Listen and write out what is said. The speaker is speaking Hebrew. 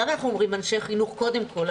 למה אנחנו אומרים אנשי חינוך קודם כל,